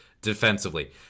defensively